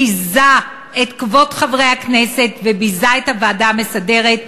ביזה את כבוד חברי הכנסת וביזה את הוועדה המסדרת,